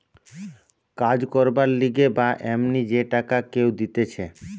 কাজ করবার লিগে বা এমনি যে টাকা কেউ দিতেছে